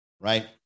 Right